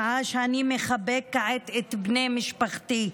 שעה שאני מחבק כעת את בני משפחתי.